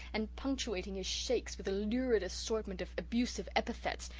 and punctuating his shakes with a lurid assortment of abusive epithets.